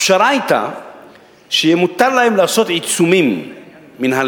הפשרה היתה שיהיה מותר להם לעשות עיצומים מינהליים,